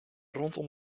rondom